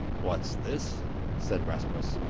what's this said rasmus.